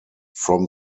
from